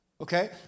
okay